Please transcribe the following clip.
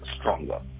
stronger